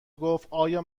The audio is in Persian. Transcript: گفتآیا